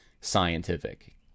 scientific